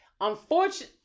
Unfortunately